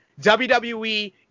WWE